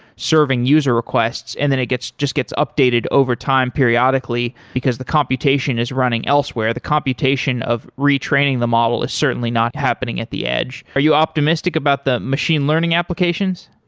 serving user requests, and then it just gets updated over time periodically, because the computation is running elsewhere. the computation of retraining the model is certainly not happening at the edge. are you optimistic about the machine learning applications?